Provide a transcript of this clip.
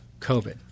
COVID